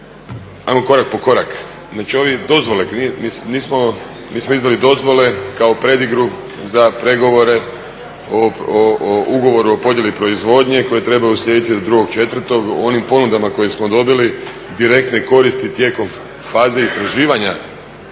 ajmo korak po korak. Znači ove dozvole, mi smo izdali dozvole kao predigru za pregovore o ugovoru o podjeli proizvodnje koje trebaju uslijediti do 2.4. u onim ponudama koje smo dobili direktne koristi tijekom faze istraživanja